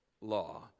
law